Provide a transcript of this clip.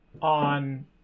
on